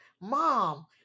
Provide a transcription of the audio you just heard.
mom